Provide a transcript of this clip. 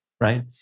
right